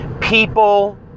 People